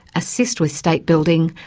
assist with state-building,